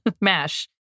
Mash